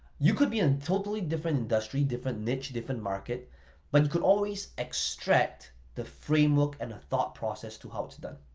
you could be in a totally different industry, different niche, different market but you could always extract the framework and a thought process to how it's done,